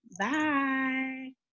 Bye